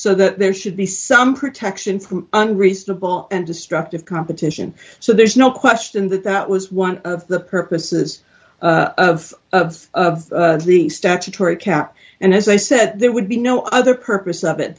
so that there should be some protection from unreasonable and destructive competition so there's no question that that was one of the purposes of the statutory account and as i said there would be no other purpose of it